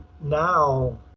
now